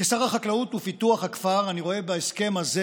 כשר החקלאות ופיתוח הכפר אני רואה בהסכם הזה